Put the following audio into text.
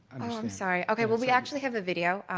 i'm sorry. okay. well, we actually have a video.